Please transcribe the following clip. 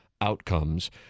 outcomes